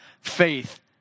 faith